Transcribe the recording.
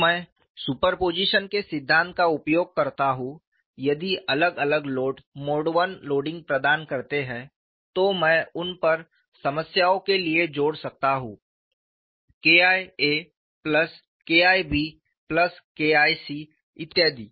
जब मैं सुपरपोजिशन के सिद्धांत का उपयोग करता हूं यदि अलग अलग लोड मोड I लोडिंग प्रदान करते हैं तो मैं उन उप समस्याओं के लिए जोड़ सकता हूं K I a plus K I b plus K I c इत्यादि